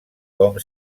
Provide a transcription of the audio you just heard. com